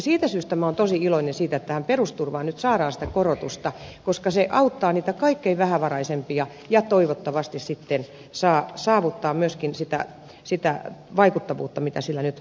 siitä syystä minä olen tosi iloinen siitä että perusturvaan nyt saadaan sitä korotusta koska se auttaa niitä kaikkein vähävaraisimpia ja toivottavasti sitten saavuttaa myöskin sitä vaikuttavuutta mitä sillä nyt haetaan